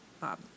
Bob